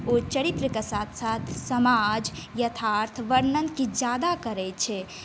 ओ चरित्रके साथ साथ समाज यथार्थ वर्णन किछु ज्यादा करै छै